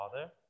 father